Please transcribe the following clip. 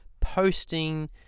posting